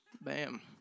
Bam